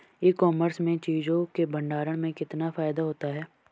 ई commerce में चीज़ों के भंडारण में कितना फायदा होता है?